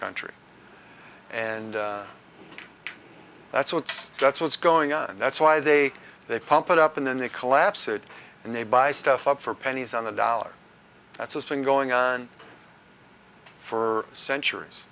country and that's what's that's what's going on and that's why they they pump it up and then the collapse it and they buy stuff up for pennies on the dollar that's been going on for centuries